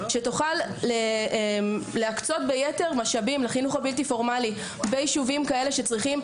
שתוכל להקצות ביתר משאבים לחינוך הבלתי פורמלי ביישובים כאלה שצריכים,